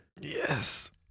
Yes